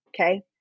Okay